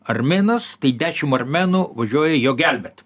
armėnas tai dešim armenų važiuoja jo gelbėt